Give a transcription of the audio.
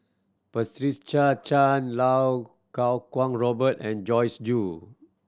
Chan Iau Kuo Kwong Robert and Joyce Jue